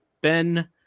Ben